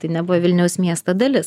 tai nebuvo vilniaus miesto dalis